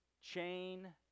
chain